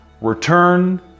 Return